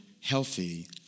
healthy